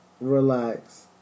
relax